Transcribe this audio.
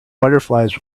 butterflies